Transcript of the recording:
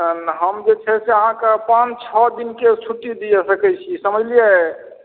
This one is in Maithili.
हम जे छै से अहाँके पाँच छओ दिनके छुट्टी दऽ सकैत छियै समझलिये